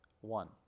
one